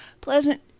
pleasant